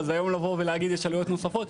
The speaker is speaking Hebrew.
אז היום לבוא ולהגיד שיש עלויות נוספות,